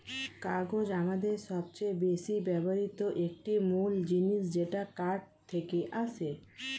কাগজ আমাদের সবচেয়ে বেশি ব্যবহৃত একটি মূল জিনিস যেটা কাঠ থেকে আসে